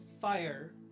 fire